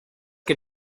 que